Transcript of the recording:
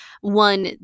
one